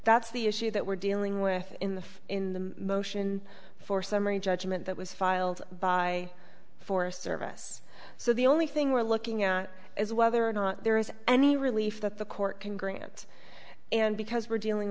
that's the issue that we're dealing with in the in the motion for summary judgment that was filed by forest service so the only thing we're looking at is whether or not there is any relief that the court can grant and because we're dealing